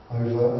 over